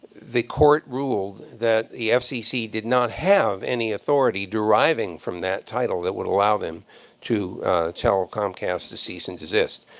the court ruled that the fcc did not have any authority deriving from that title that would allow them to tell comcast to cease and desist.